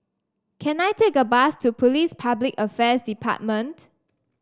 can I take a bus to Police Public Affairs Department